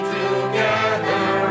together